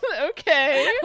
Okay